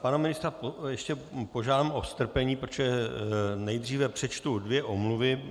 Pana ministra ještě požádám o strpení, protože nejdříve přečtu dvě omluvy.